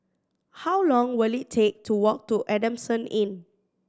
how long will it take to walk to Adamson Inn